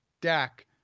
Dak